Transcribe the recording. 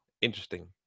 interesting